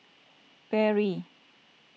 Perrier